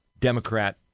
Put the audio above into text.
Democrat